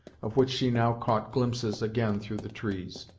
of which she now caught glimpses again through the trees.